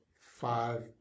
five